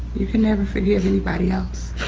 you can never forgive anybody else.